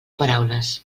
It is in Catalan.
paraules